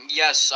yes